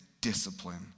discipline